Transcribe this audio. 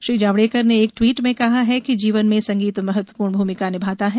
श्री जावड़ेकर ने एक ट्वीट में कहा है कि जीवन में संगीत महत्वपूर्ण भूमिका निभाता है